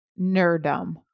nerdum